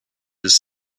his